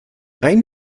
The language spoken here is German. ein